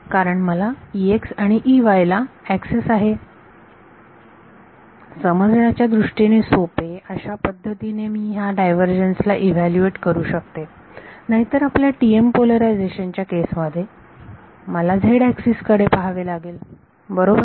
TE कारण मला आणि ला एक्सेस असेल आणि समजण्याच्या दृष्टीने सोपे अशा पद्धतीने मी ह्या डायव्हर्जन्स ला इव्हॅल्यूएट करू शकते नाहीतर आपल्या TM पोलरायझेशन च्या केस मध्ये मला झेड एक्सिस कडे पहावे लागेल बरोबर